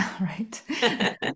right